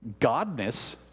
godness